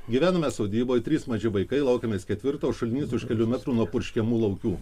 gyvename sodyboj trys maži vaikai laukiamės ketvirto šulinys už kelių metrų nuo purškiamų laukių